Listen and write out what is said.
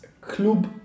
Club